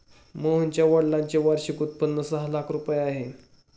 मोहनच्या वडिलांचे वार्षिक उत्पन्न सहा लाख रुपये आहे